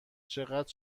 چقدر